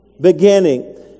beginning